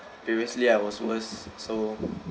previously I was worse so